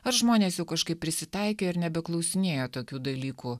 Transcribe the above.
ar žmonės jau kažkaip prisitaikė ir nebeklausinėja tokių dalykų